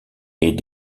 est